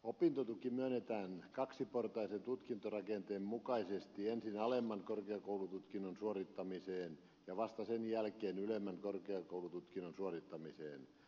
opintotuki myönnetään kaksiportaisen tutkintorakenteen mukaisesti ensin alemman korkeakoulututkinnon suorittamiseen ja vasta sen jälkeen ylemmän korkeakoulututkinnon suorittamiseen